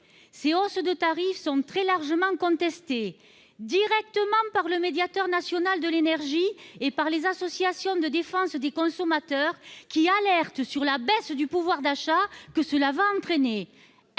Ces hausses de tarif sont très largement contestées. Elles le sont directement par le Médiateur national de l'énergie et par les associations de défense des consommateurs, qui alertent sur la baisse du pouvoir d'achat subséquente.